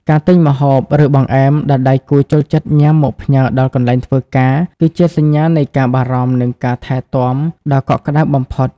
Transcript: ការទិញម្ហូប ឬបង្អែមដែលដៃគូចូលចិត្តញ៉ាំមកផ្ញើដល់កន្លែងធ្វើការ គឺជាសញ្ញានៃការបារម្ភ និងការថែទាំដ៏កក់ក្ដៅបំផុត។